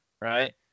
right